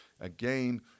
again